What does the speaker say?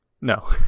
No